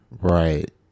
Right